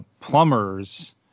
plumbers